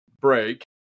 break